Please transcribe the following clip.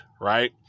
Right